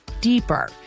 deeper